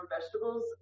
vegetables